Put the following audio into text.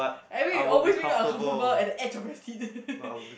I mean it always make you uncomfortable at the edge of your seat